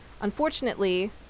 Unfortunately